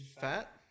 Fat